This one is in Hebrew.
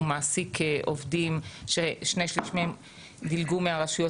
הוא מעסיק עובדים ששני שליש מהם דילגו מהרשויות